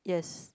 yes